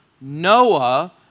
Noah